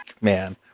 man